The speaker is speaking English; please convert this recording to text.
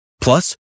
Plus